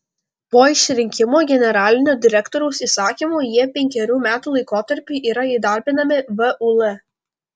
po išrinkimo generalinio direktoriaus įsakymu jie penkerių metų laikotarpiui yra įdarbinami vul